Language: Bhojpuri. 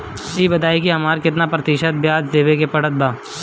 ई बताई की हमरा केतना प्रतिशत के ब्याज देवे के पड़त बा?